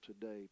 today